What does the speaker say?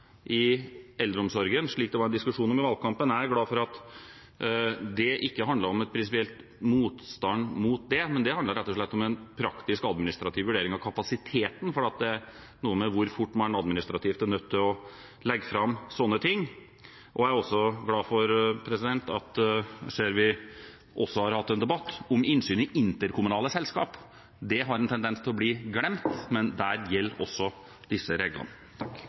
i eldreomsorgen, noe det var en diskusjon om i valgkampen. Jeg er glad for at det ikke handlet om en prinsipiell motstand mot det, men om en praktisk og administrativ vurdering av kapasiteten, for det er noe med hvor fort man administrativt er nødt til å legge fram sånne ting. Jeg er også glad for at vi har hatt en debatt om innsyn i interkommunale selskap, for det har en tendens til å bli glemt, men der gjelder også disse reglene. Takk